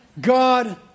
God